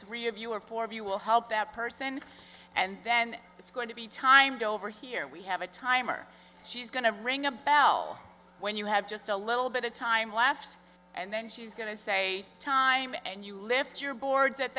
three of you or four of you will help that person and then it's going to be timed over here we have a timer she's going to ring a bell when you have just a little bit of time left and then she's going to say time and you lift your boards at